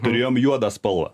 turėjom juodą spalvą